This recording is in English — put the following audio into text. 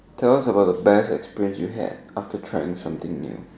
tell us about the best experience you had after trying something new